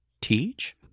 teach